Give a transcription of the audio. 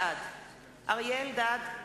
בעד אריה אלדד,